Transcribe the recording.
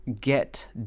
get